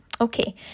Okay